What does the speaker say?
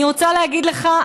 אני רוצה להגיד לך,